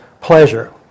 pleasure